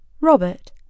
Robert